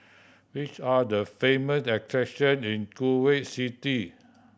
which are the famous attraction in Kuwait City